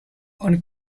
one